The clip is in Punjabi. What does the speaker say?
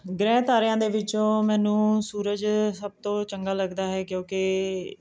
ਗ੍ਰਹਿ ਤਾਰਿਆਂ ਦੇ ਵਿੱਚੋਂ ਮੈਨੂੰ ਸੂਰਜ ਸਭ ਤੋਂ ਚੰਗਾ ਲੱਗਦਾ ਹੈ ਕਿਉਂਕਿ